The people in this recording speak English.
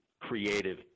creative